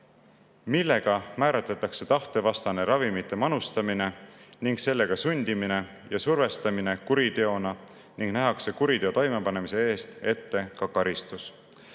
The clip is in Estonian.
millega määratletakse tahtevastane ravimite manustamine ning sellele sundimine ja survestamine kuriteona ning nähakse kuriteo toimepanemise eest ette ka karistus.